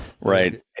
Right